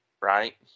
right